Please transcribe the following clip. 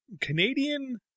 Canadian